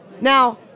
Now